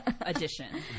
edition